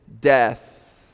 death